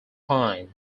pine